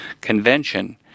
convention